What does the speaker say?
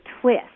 twist